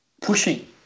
pushing